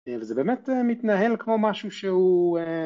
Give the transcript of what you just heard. וזה באמת מתנהל כמו משהו שהוא...